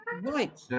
Right